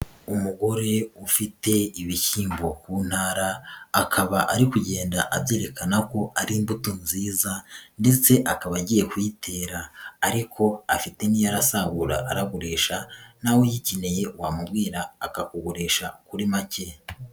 Umugore ufite ibishyimbo ku ntara akaba ari kugenda abyerekana ko ari imbuto nziza ndetse akaba agiye kuyitera ariko afite in n'iy'arasagura aragurisha, nawe uyikeneye wamubwira akakugurisha kuri make.